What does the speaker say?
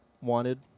wanted